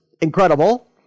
incredible